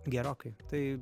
gerokai tai